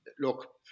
look